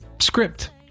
script